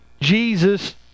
Jesus